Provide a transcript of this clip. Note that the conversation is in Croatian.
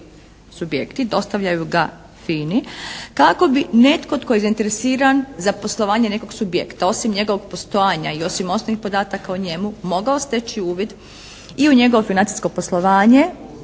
subjekti, dostavljaju ga FINA-i kako bi netko tko je zainteresiran za poslovanje nekog subjekta osim njegovog postojanja i osim osnovnih podataka o njemu, mogao steći uvid i u njegovo financijsko poslovanje